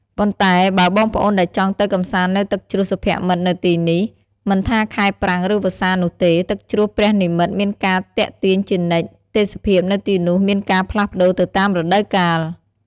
ប៉ុន្តែបើបងប្អូនដែលចង់ទៅកម្សាន្តនៅទឹកជ្រោះសុភមិត្តនៅទីនេះ មិនថាខែប្រាំង ឬវស្សានោះទេ ទឹកជ្រោះព្រះនិម្មិតមានការទាក់ទាញជានិច្ច ទេសភាពនៅទីនោះមានការផ្លាស់ប្តូរទៅតាមរដូវកាល ។